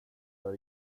där